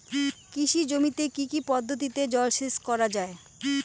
কৃষি জমিতে কি কি পদ্ধতিতে জলসেচ করা য়ায়?